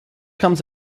comes